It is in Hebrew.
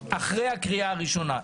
עליהם אחרי הקריאה הראשונה.